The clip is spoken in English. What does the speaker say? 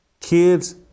kids